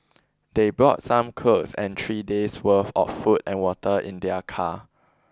they brought some clothes and three days' worth of food and water in their car